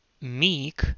meek